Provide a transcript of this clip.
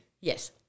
Yes